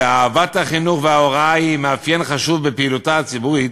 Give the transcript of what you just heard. שאהבת החינוך וההוראה היא מאפיין חשוב בפעילותה הציבורית,